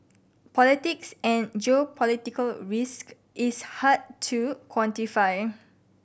politics and geopolitical risk is hard to quantify